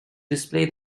display